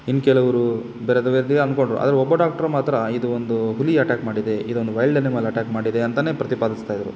ಇನ್ನು ಕೆಲವ್ರು ಬೇರೆದೆ ಬೇರೆದೇ ಅಂದ್ಕೊಂಡ್ರು ಆದರೆ ಒಬ್ಬ ಡಾಕ್ಟ್ರ್ ಮಾತ್ರ ಇದು ಒಂದು ಹುಲಿ ಅಟ್ಯಾಕ್ ಮಾಡಿದೆ ಇದು ಒಂದು ವೈಲ್ಡ್ ಎನಿಮಲ್ ಅಟ್ಯಾಕ್ ಮಾಡಿದೆ ಅಂತನೇ ಪ್ರತಿಪಾದಿಸ್ತಾ ಇದ್ದರು